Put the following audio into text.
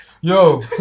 Yo